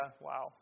wow